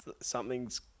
something's